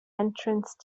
entrance